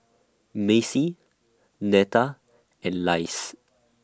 Macie Netta and Lise